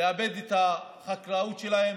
לעבד את החקלאות שלהם,